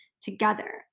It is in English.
together